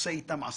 עושה איתם עסקים.